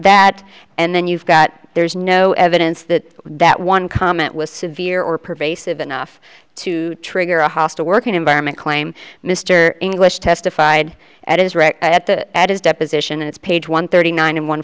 that and then you've got there's no evidence that that one comment was severe or pervasive enough to trigger a hostile work environment claim mr english testified at is right at the at his deposition it's page one thirty nine and one